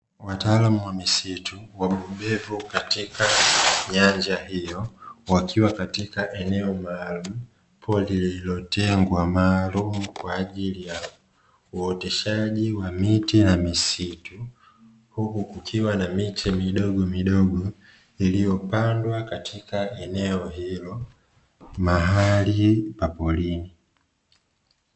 Wataalamu wa misitu wabobevu katika nyanja hiyo, wakiwa katika eneo maalumu, pori lililotengwa maalumu kwa ajili ya uoteshaji wa miti na misitu, huku kukiwa na miche midogomidogo iliyopandwa katika eneo hilo, mahali pa porini.